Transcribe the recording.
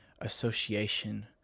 association